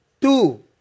Two